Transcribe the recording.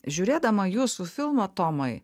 žiūrėdama jūsų filmą tomai